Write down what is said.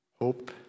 hope